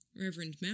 Reverend